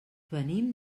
venim